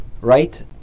Right